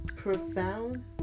Profound